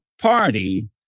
party